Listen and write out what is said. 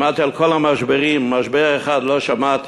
שמעתי על כל המשברים, על משבר אחד לא שמעתי: